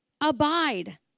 Abide